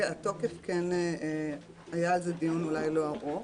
התקיים דיון על התוקף, אולי לא ארוך,